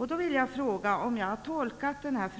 Har jag tolkat det